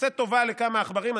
עושה טובה לכמה עכברים.